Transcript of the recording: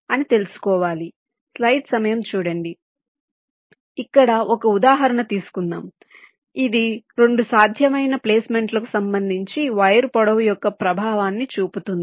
అని తెలుసుకోవాలి ఇక్కడ ఒక ఉదాహరణ తీసుకుందాం ఇది 2 సాధ్యమైన ప్లేస్మెంట్లకు సంబంధించి వైర్ పొడవు యొక్క ప్రభావాన్ని చూపుతుంది